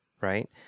right